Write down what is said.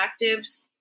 actives